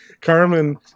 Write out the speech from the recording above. Carmen